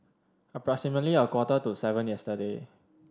approximately a quarter to seven yesterday